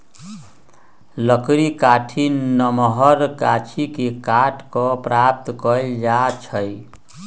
लकड़ी काठी नमहर गाछि के काट कऽ प्राप्त कएल जाइ छइ